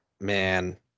Man